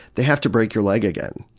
they have to break your leg again,